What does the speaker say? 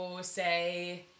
say